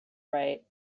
right